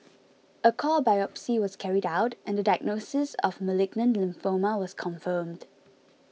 a core biopsy was carried out and the diagnosis of malignant lymphoma was confirmed